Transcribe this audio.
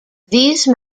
these